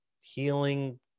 healing